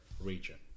region